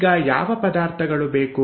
ಈಗ ಯಾವ ಪದಾರ್ಥಗಳು ಬೇಕು